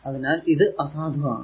അതിനാൽ ഇത് അസാധു ആണ്